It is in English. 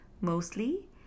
Mostly